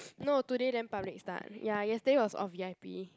no today then public start ya yesterday it was all v_i_p